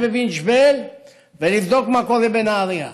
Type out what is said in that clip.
בבינת ג'בייל ולבדוק מה קורה בנהרייה.